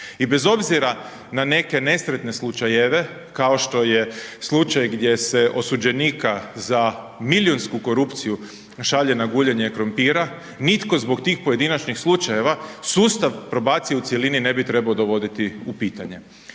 i bez obzira na neke nesretne slučajeve kao što je slučaj gdje se osuđenika za milijunsku korupciju šalje na guljenje krumpira, nitko zbog tih pojedinačnih slučajeva, sustav probacije u cjelini ne bi trebao dovoditi u pitanje.